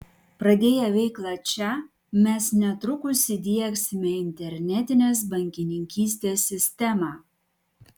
pradėję veiklą čia mes netrukus įdiegsime internetinės bankininkystės sistemą